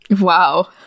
wow